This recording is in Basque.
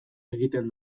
egiten